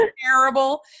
terrible